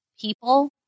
people